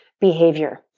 behavior